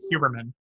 Huberman